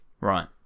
Right